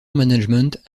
management